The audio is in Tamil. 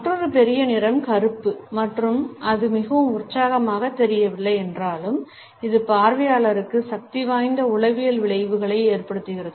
மற்றொரு பெரிய நிறம் கருப்பு மற்றும் அது மிகவும் உற்சாகமாகத் தெரியவில்லை என்றாலும் இது பார்வையாளருக்கு சக்திவாய்ந்த உளவியல் விளைவுகளை ஏற்படுத்துகிறது